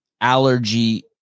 allergy